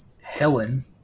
Helen